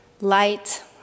Light